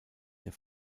der